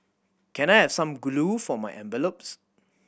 can I have some glue for my envelopes